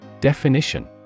Definition